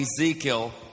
Ezekiel